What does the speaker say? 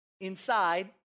inside